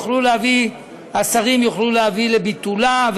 השרים יוכלו להביא לביטולה,